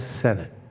Senate